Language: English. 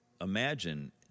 imagine